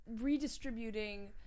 redistributing